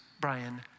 Brian